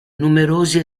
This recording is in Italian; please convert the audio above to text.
numerosi